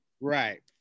Right